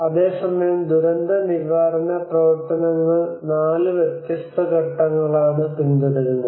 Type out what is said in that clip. അതേസമയം ദുരന്തനിവാരണ പ്രവർത്തനങ്ങൾ നാല് വ്യത്യസ്ത ഘട്ടങ്ങളാണ് പിന്തുടരുന്നത്